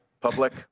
public